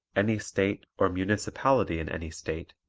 any state or municipality in any state